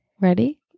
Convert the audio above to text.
Ready